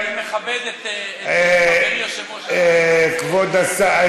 אני מכבד את יושב-ראש הקואליציה.